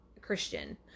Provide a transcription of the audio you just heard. Christian